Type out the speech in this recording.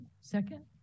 second